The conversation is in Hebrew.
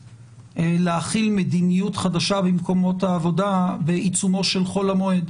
להחיל מדיניות חדשה במקומות העבודה בעיצומו של חול המועד.